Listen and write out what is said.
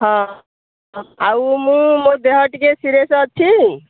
ହଁ ଆଉ ମୁଁ ମୋ ଦେହ ଟିକେ ସିରିଏସ୍ ଅଛି